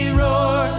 roar